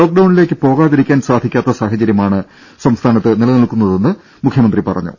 ലോക്ക്ഡൌണിലേക്ക് പോകാതിരിക്കാൻ സാധിക്കാത്ത സാഹചര്യമാണ് സംസ്ഥാനത്ത് നിലനിൽക്കുന്നതെന്ന് മുഖ്യമന്ത്രി പറഞ്ഞു